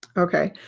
okay.